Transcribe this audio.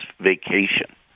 vacation